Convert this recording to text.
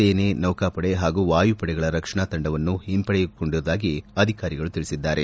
ಸೇನೆ ನೌಕಾಪಡೆ ಹಾಗೂ ವಾಯುಪಡೆಗಳ ರಕ್ಷಣಾ ತಂಡವನ್ನು ಹಿಂಪಡೆದುಕೊಂಡಿರುವುದಾಗಿ ಅಧಿಕಾರಿಗಳು ತಿಳಿಸಿದ್ದಾರೆ